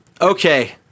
okay